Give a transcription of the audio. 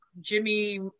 Jimmy